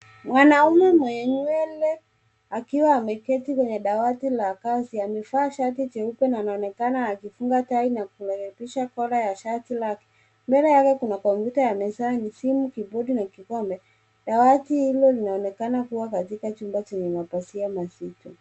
Mwanaume mwenye nywele akiwa ameketi kwenye dawati la kazi. Amevaa shati jeupe na anaonekana akifunga tai na kurekebisha kola ya shati lake. Mbele yake kuna kompyuta ya mezani, simu , kibodi na kikombe. Dawati hilo linaonekana kuwa katika chumba chenye mapazia mazito.